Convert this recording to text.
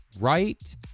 right